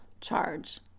charge